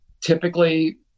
typically